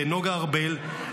לנגה ארבל,